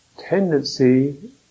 tendency